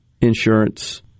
insurance